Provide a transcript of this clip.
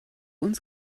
uns